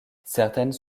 certaines